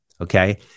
Okay